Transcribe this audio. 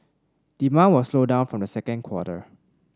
demand will slow down from the second quarter